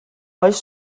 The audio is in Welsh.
oes